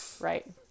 right